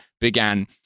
began